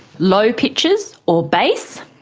low pitches or bass,